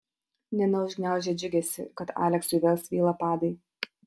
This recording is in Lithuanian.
nina užgniaužė džiugesį kad aleksui vėl svyla padai